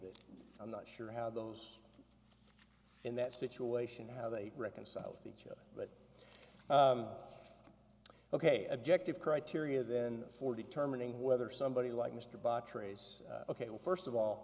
that i'm not sure how those in that situation how they reconcile with each other but ok objective criteria then for determining whether somebody like mr bott trace ok well first of all